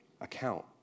account